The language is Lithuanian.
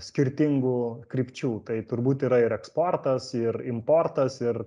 skirtingų krypčių tai turbūt yra ir eksportas ir importas ir